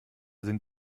sind